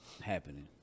happening